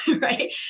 right